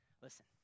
Listen